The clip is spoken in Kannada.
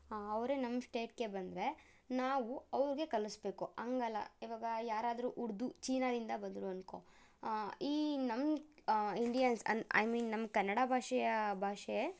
ಅವರೇ ನಮ್ಮ ಸ್ಟೇಟ್ಗೆ ಬಂದರೆ ನಾವು ಅವ್ರಿಗೆ ಕಲಿಸಬೇಕು ಹಂಗಲ್ಲ ಇವಾಗ ಯಾರಾದರೂ ಉರ್ದು ಚೀನಾದಿಂದ ಬಂದರು ಅಂದ್ಕೊ ಈ ನಮ್ಮ ಇಂಡಿಯನ್ಸ್ ಐ ಮೀನ್ ನಮ್ಮ ಕನ್ನಡ ಭಾಷೆಯ ಭಾಷೆ